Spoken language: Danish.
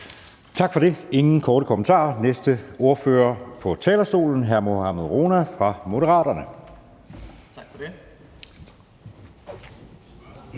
Tak for det. Der er ingen korte bemærkninger. Næste ordfører på talerstolen er hr. Mohammad Rona fra Moderaterne.